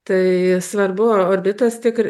tai svarbu orbitas tikr